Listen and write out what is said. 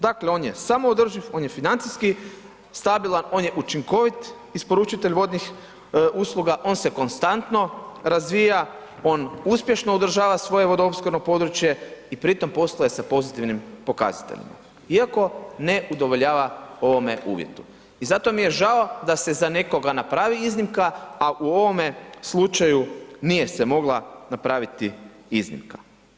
Dakle on je samoodrživ, on je financijski stabilan, on je učinkovit isporučitelj vodnih usluga, on se konstantno razvija, on uspješno održava svoje vodoopskrbno područje i pritom postaje sa pozitivnim pokazateljima iako ne udovoljava ovome uvjetu i zato mi je žao da se za nekoga napravi iznimka a u ovome slučaju nije se mogla napravit iznimka.